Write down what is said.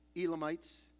Elamites